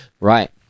right